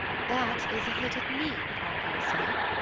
that is a hit at me, obviously.